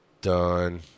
done